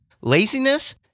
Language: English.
Laziness